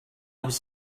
was